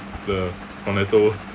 the cornetto